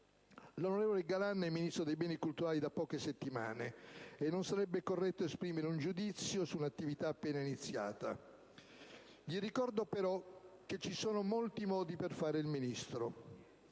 L'onorevole Galan è Ministro per i beni culturali da poche settimane, e non sarebbe corretto esprimere un giudizio su un'attività appena iniziata. Gli ricordo, però, che ci sono molti modi per fare il Ministro.